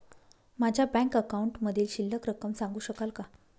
माझ्या बँक अकाउंटमधील शिल्लक रक्कम सांगू शकाल का?